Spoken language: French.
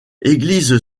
église